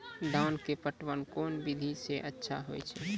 धान के पटवन कोन विधि सै अच्छा होय छै?